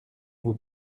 vous